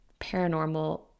paranormal